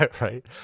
Right